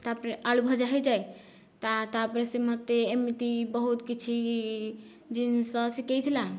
ତାପରେ ଆଳୁ ଭଜା ହୋଇଯାଏ ତା ତା'ପରେ ସେ ମୋତେ ଏମିତି ବହୁତ କିଛି ଜିନିଷ ଶିଖାଇଥିଲା